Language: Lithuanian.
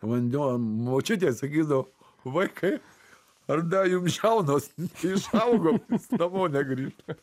vanduo močiutė sakydavo vaikai ar dajum žiaunos neišaugo namo negrįžtat